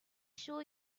show